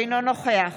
אינו נוכח